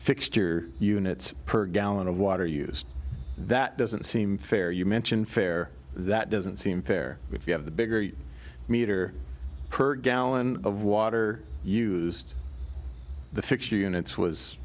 fixture units per gallon of water used that doesn't seem fair you mention fair that doesn't seem fair if you have the bigger meter per gallon of water used the fixed units was